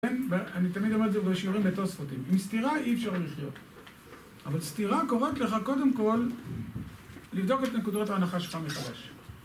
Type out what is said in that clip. כן? ואני תמיד אומר את זה בשיעורים בתוספות, עם סתירה אי אפשר לחיות, אבל סתירה קוראת לך קודם כל לבדוק את נקודות ההנחה שלך מחדש